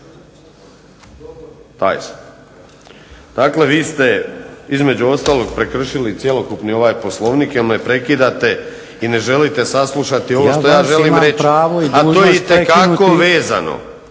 Dakle, vi ste između ostalog prekršili cjelokupni ovaj POslovnik jer me prekidate i jer ne želite saslušati ovo što ja želim reći. A to je itekako vezano